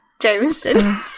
Jameson